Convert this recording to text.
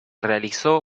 realizó